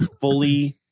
fully